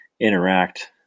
interact